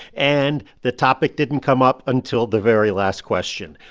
and the topic didn't come up until the very last question.